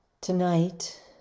Tonight